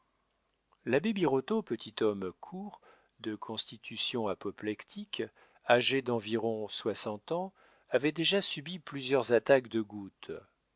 l'abbé birotteau petit homme court de constitution apoplectique âgé d'environ soixante ans avait déjà subi plusieurs attaques de goutte